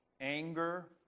anger